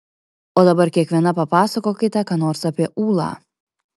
o dabar kiekviena papasakokite ką nors apie ūlą